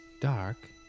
dark